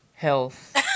Health